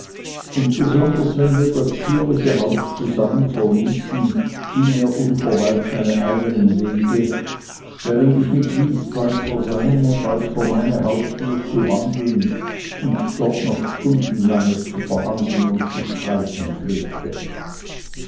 und besonders wenn wir das zierliche haus zusammen verließen ging er unverweilt seine eigenen wege während ich mit lys bald vor seine bald vor meine haustüre zu wandeln und dort noch stundenlange zu verhandeln und zu streiten pflegte